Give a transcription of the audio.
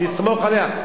תסמוך עליה.